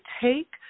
take